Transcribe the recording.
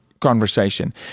conversation